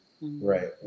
Right